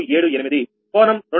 0478 కోణం 222